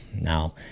Now